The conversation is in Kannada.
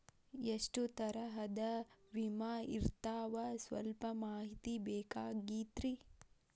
ಎಷ್ಟ ತರಹದ ವಿಮಾ ಇರ್ತಾವ ಸಲ್ಪ ಮಾಹಿತಿ ಬೇಕಾಗಿತ್ರಿ